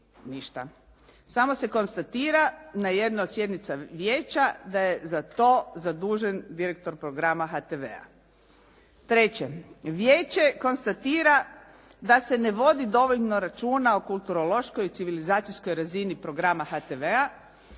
Samo se konstatira na jednoj od sjednica vijeća da je za to zadužen direktor programa HTV-a. Treće, vijeće konstatira da se ne vodi dovoljno računa o kulturološkoj i civilizacijskoj razini programa HTV-a,